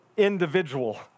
individual